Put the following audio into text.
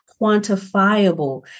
quantifiable